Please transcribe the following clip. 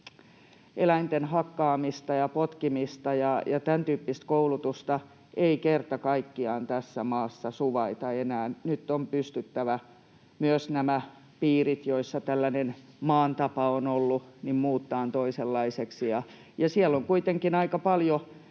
eläinten hakkaamista ja potkimista ja tämäntyyppistä koulutusta ei kerta kaikkiaan tässä maassa suvaita enää. Nyt on pystyttävä myös nämä piirit, joissa tällainen ”maan tapa” on ollut, muuttamaan toisenlaisiksi. Siellä on kuitenkin aika paljon